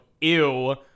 ew